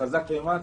חזק ואמץ.